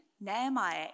Nehemiah